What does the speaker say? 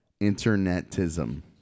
internetism